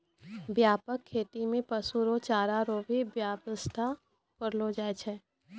व्यापक खेती मे पशु रो चारा रो भी व्याबस्था करलो जाय छै